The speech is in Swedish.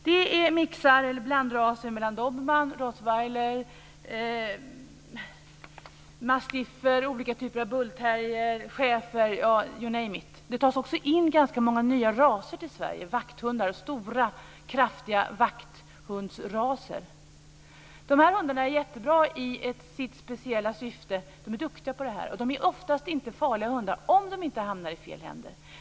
Det är blandraser mellan dobermann, rottweiler, mastiffer, olika typer av bullterrier, schäfer - you name it! Det tas också in ganska många nya raser till Sverige, stora kraftiga vakthundsraser. De här hundarna är jättebra till sitt speciella syfte. De är duktiga på det här. De är oftast inte farliga hundar om de inte hamnar i fel händer.